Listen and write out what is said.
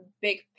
big